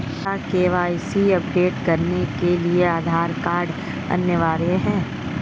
क्या KYC update करने के लिए आधार कार्ड अनिवार्य है?